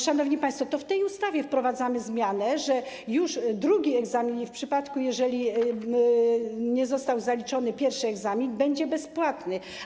Szanowni państwo, to w tej ustawie wprowadzamy taką zmianę, że już drugi egzamin, w przypadku jeżeli nie został zaliczony pierwszy, będzie bezpłatny.